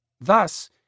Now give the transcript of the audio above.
Thus